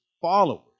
followers